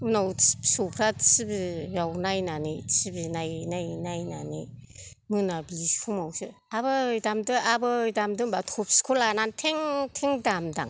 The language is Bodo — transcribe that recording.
उनाव फिसौफ्रा टिभियाव नायनानै टिभि नायनानै मोनाबिलि समावसो आबै दामदो आबै दामदो होमबा थपसिखौ लानानै थें थें दामदां